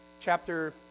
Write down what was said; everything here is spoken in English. chapter